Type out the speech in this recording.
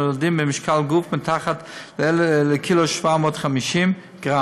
שנולדים במשקל גוף מתחת לקילו ו-750 גרם.